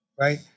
right